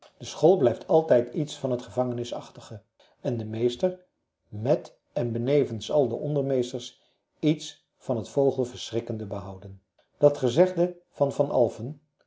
de school blijft altijd iets van het gevangenisachtige en de meester met en benevens al de ondermeesters iets van het vogelverschrikkende behouden dat gezegde van van alphen